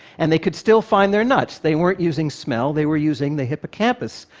and they could still find their nuts. they weren't using smell, they were using the hippocampus,